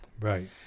Right